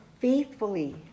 faithfully